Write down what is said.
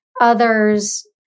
others